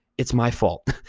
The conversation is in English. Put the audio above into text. it's my fault.